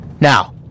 Now